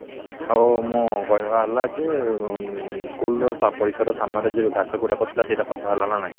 ଆଚ୍ଛା ଆଉ ମୁଁ କହିବା ହେଲା ଯେ ସ୍କୁଲର ପରିସର ସାମ୍ନାରେ ଯୋଉ ଘାସଗୁଡ଼ାକ ଥିଲା ସେଇଟା ସଫା ହେଲା ନାହିଁ